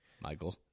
Michael